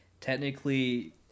Technically